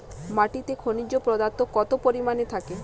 মাটিতে খনিজ পদার্থ কত পরিমাণে থাকে?